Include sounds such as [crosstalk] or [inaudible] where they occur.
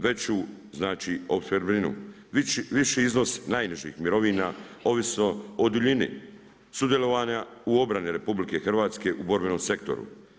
Već u znači … [unintelligible] viši iznos najnižih mirovina, ovisno o duljini sudjelovanja u obrani RH u borbenom sektoru.